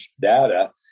data